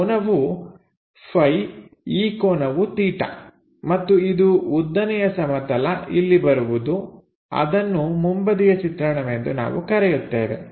ಈ ಕೋನವು Φ ಈ ಕೋನವು 𝜭 ಮತ್ತು ಇದು ಉದ್ದನೆಯ ಸಮತಲ ಇಲ್ಲಿ ಬರುವುದು ಅದನ್ನು ಮುಂಬದಿಯ ಚಿತ್ರಣವೆಂದು ನಾವು ಕರೆಯುತ್ತೇವೆ